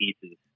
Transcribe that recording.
pieces